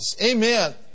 Amen